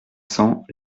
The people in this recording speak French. cents